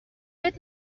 بهت